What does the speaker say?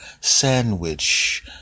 sandwich